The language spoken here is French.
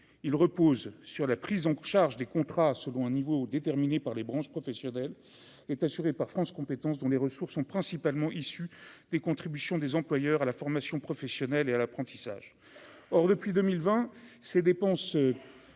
il repose sur la prise en charge des contrats selon un niveau déterminé par les branches professionnelles est assurée par France compétences dont les ressources sont principalement issus des contributions des employeurs à la formation professionnelle et à l'apprentissage, or depuis 2020, ces dépenses